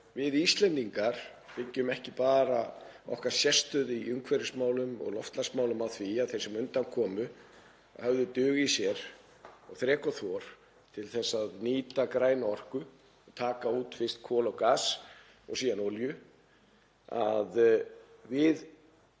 við Íslendingar byggjum ekki bara okkar sérstöðu í umhverfismálum og loftslagsmálum á því að þeir sem á undan komu höfðu dug í sér og þrek og þor til að nýta græna orku, taka út fyrst kol og gas og síðan olíu. Við